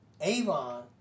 Avon